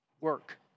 work